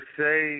say